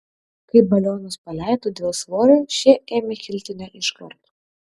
kai balionus paleido dėl svorio šie ėmė kilti ne iš karto